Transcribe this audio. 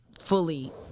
fully